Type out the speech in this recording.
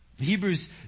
Hebrews